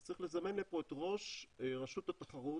אז צריך לזמן לפה את ראש רשות התחרות,